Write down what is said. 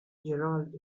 gerald